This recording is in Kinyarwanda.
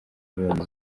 yabonye